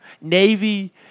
Navy